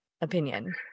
opinion